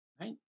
Right